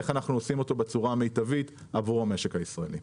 איך אנחנו עושים את זה בצורה המיטבית עבור המשק הישראלי.